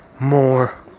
more